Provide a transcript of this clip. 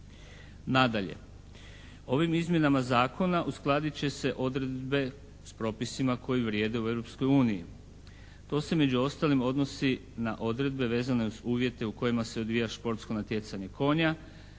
Nadalje, ovim izmjenama Zakona uskladit će se odredbe s propisima koji vrijede u Europskoj uniji. To se među ostalim odnosi na odredbe vezane uz uvjete u kojima se odvija športsko natjecanje konja